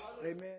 Amen